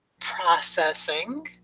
processing